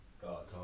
God